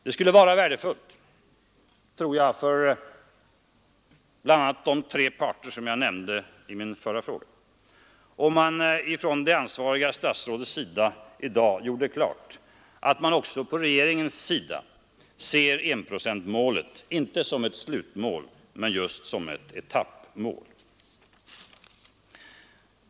Det skulle vara värdefullt för bl.a. de tre parter jag nämnde i min förra fråga, om det ansvariga statsrådet i dag gjorde klart att också regeringen ser enprocentsmålet inte som ett slutmål utan som ett etappmål.